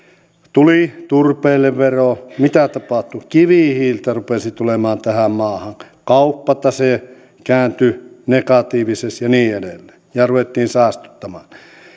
tuli turpeelle vero mitä tapahtui kivihiiltä rupesi tulemaan tähän maahan kauppatase kääntyi negatiiviseksi ja niin edelleen ja ruvettiin saastuttamaan